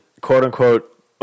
quote-unquote